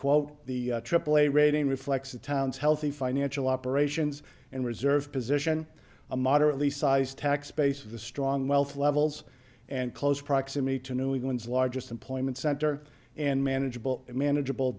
quote the aaa rating reflects a town's healthy financial operations and reserves position a moderately sized tax base of the strong wealth levels and close proximity to new england's largest employment center and manageable manageable